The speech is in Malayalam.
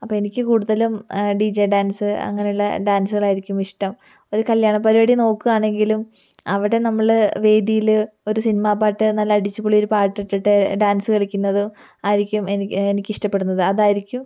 അപ്പം എനിക്ക് കൂടുതലും ഡിജെ ഡാൻസ് അങ്ങനെയുള്ള ഡാൻസുകൾ ആയിരിക്കും ഇഷ്ടം ഒരു കല്യാണ പരിപാടി നോക്കുവാണെങ്കിലും അവിടെ നമ്മള് വേദിയില് ഒരു സിനിമ പാട്ട് നല്ല അടിച്ചുപൊളി ഒരു പാട്ട് ഇട്ടിട്ട് ഡാൻസ് കളിക്കുന്നത് ആയിരിക്കും എനി എനിക്ക് ഇഷ്ടപ്പെടുന്നത് അതായിരിക്കും